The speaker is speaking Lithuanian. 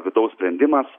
vidaus sprendimas